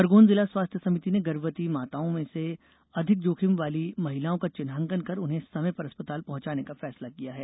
खरगोन जिला स्वास्थ्य समिति ने गर्भवती माताओं में से अधिक जोखिम वाली महिलाओं का चिन्हांकन कर उन्हें समय पर अस्पताल पहुँचाने का फैसला किया है